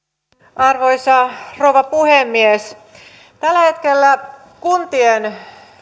arvoisa rouva puhemies tällä hetkellä kuntien